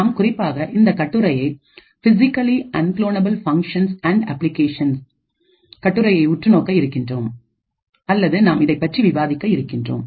நாம் குறிப்பாக இந்த கட்டுரையை "physically unclonable functions and application Unclonable Functions and Applications" உற்றுநோக்க இருக்கின்றோம் அல்லது நாம் இதைப் பற்றி விவாதிக்க இருக்கின்றோம்